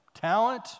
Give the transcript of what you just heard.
Talent